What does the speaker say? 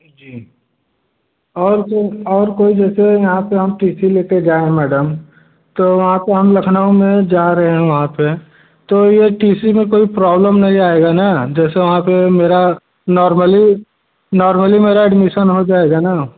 जी और को और कोई जैसे यहाँ से हम टी सी लेकर जाएँ मैडम तो वहाँ को हम लखनऊ में जा रहे हैं वहाँ पर तो यह टी सी में कोई प्रॉब्लम नहीं आएगा ना जैसे वहाँ पर मेरा नॉर्मली नॉर्मली मेरा एडमिशन हो जाएगा ना